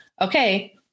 Okay